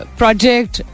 project